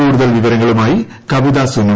കൂടുതൽ വിവരങ്ങളുമായി ക്വിത സുനു